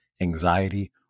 anxiety